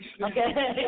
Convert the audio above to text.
Okay